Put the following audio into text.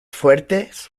fuertes